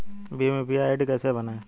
Bhim UPI ID कैसे बनाएं?